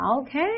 Okay